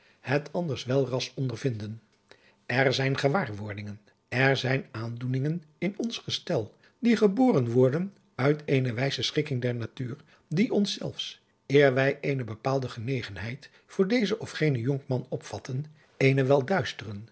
het anders welras ondervinden er zijn gewaarwordingen er zijn aandoeningen in ons gestel die geboren worden uit eene wijze schikking der natuur die ons zelfs eer wij eene bepaalde genegenheid voor dezen of genen jonkman opvatten eenen wel duisteren